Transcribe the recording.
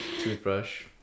Toothbrush